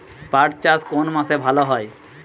পাট চাষ কোন মাসে ভালো হয়?